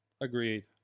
agreed